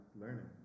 learning